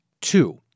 Two